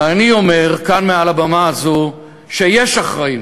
ואני אומר, כאן, מעל הבמה הזאת, שיש אחראים,